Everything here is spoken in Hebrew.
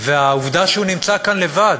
והעובדה שהוא נמצא כאן לבד.